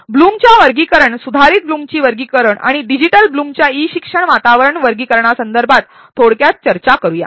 ब्लूमच्या वर्गीकरण सुधारित ब्लूमची वर्गीकरण आणि डिजिटल ब्लूमच्या ई शिक्षण वातावरण वर्गीकरणासंदर्भात थोडक्यात चर्चा करूया